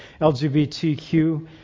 LGBTQ